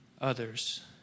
others